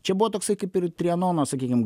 čia buvo toksai kaip ir trianono sakykim